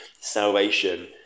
salvation